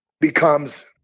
becomes